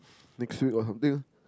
next week or something ah